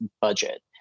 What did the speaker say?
budget